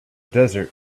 desert